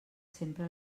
sempre